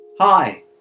Hi